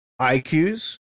iqs